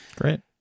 Great